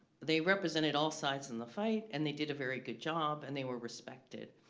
they represented all sides in the fight, and they did a very good job, and they were respected,